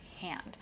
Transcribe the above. hand